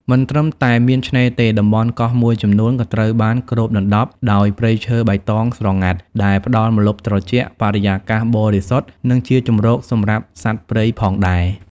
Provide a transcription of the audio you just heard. មិនត្រឹមតែមានឆ្នេរទេ តំបន់កោះមួយចំនួនក៏ត្រូវបានគ្របដណ្តប់ដោយ ព្រៃឈើបៃតងស្រងាត់ ដែលផ្តល់ម្លប់ត្រជាក់ បរិយាកាសបរិសុទ្ធ និងជាជម្រកសម្រាប់សត្វព្រៃផងដែរ។